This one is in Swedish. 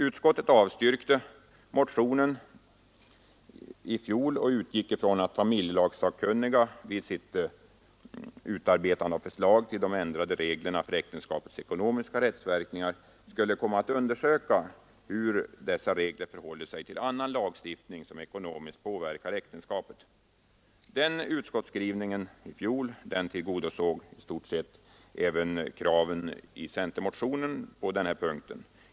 Utskottet avstyrkte motionen i fjol och utgick från att familjelagssakkunniga vid sitt utarbetande av förslag till ändrade regler för äktenskapets ekonomiska rättsverkningar skulle komma att undersöka hur dessa regler förhåller sig till annan lagstiftning som ekonomiskt påverkar äktenskapet. Denna skrivning i fjolårets betänkande tillgodosåg i stort sett kraven på denna punkt i centermotionen.